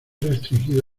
restringido